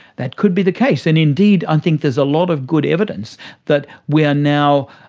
that could be the case, and indeed i think there's a lot of good evidence that we are now,